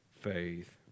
faith